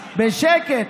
בשקט,